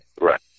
Right